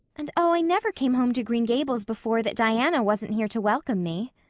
and oh, i never came home to green gables before that diana wasn't here to welcome me.